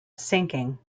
sinking